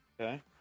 Okay